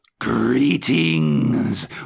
Greetings